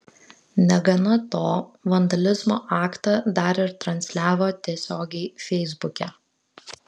negana to vandalizmo aktą dar ir transliavo tiesiogiai feisbuke